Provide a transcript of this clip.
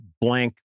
blank